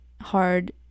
hard